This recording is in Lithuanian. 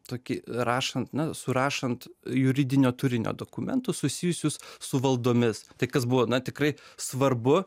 toki rašant na surašant juridinio turinio dokumentus susijusius su valdomis tai kas buvo na tikrai svarbu